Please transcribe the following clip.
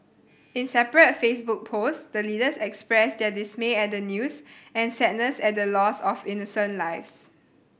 in separate Facebook post the leaders expressed their dismay at the news and sadness at the loss of innocent lives